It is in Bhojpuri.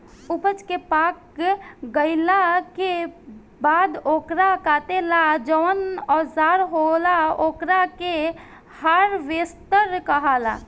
ऊपज के पाक गईला के बाद ओकरा काटे ला जवन औजार होला ओकरा के हार्वेस्टर कहाला